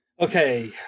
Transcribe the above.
Okay